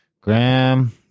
Graham